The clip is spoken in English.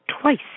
twice